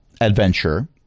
adventure